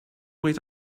wait